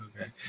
okay